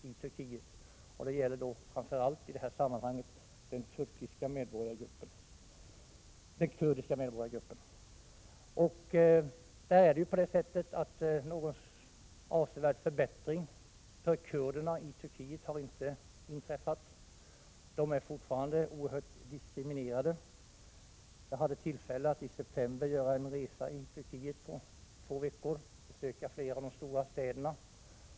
I detta sammanhang gäller det framför allt den kurdiska medborgargruppen. Någon avsevärd förbättring för kurderna i Turkiet har inte inträffat. De är fortfarande oerhört diskriminerade. Jag hade tillfälle att i september göra en resa på två veckor till Turkiet och besöka flera av de stora städerna.